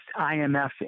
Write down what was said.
IMF